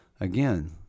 again